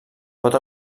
pot